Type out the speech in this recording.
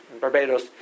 Barbados